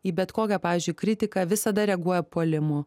į bet kokią pavyzdžiui kritiką visada reaguoja puolimu